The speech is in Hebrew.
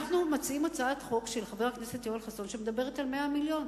אנחנו מציעים הצעת חוק של חבר הכנסת יואל חסון שמדברת על 100 מיליון.